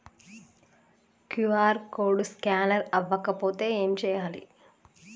QR code scanner అవ్వకపోతే ఏం చేయాలి?